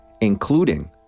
including